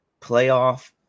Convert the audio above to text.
playoff